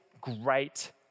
great